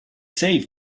save